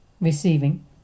receiving